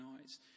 eyes